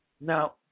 Now